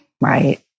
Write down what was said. Right